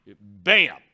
bam